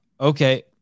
okay